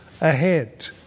ahead